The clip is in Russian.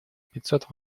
пятьсот